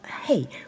hey